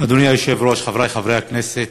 אדוני היושב-ראש, חברי חברי הכנסת,